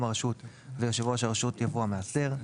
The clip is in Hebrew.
"הרשות" ו"יושב ראש הרשות" יבוא "המאסדר".